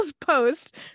post